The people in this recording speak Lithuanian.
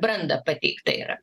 brandą pateikta yra